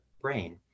brain